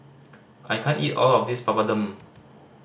I can't eat all of this Papadum